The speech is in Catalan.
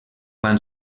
van